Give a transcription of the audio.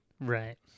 Right